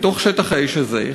מתוך שטח האש הזה,